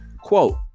Quote